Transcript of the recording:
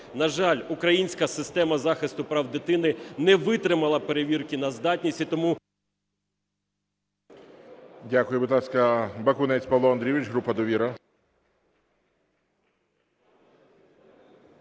На жаль, українська система захисту прав дитини не витримала перевірки на здатність і тому… ГОЛОВУЮЧИЙ. Дякую. Будь ласка, Бакунець Павло Андрійович, група "Довіра".